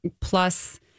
plus